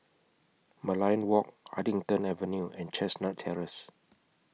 Merlion Walk Huddington Avenue and Chestnut Terrace